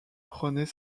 prenait